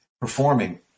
performing